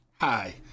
Hi